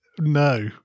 No